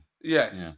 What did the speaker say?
Yes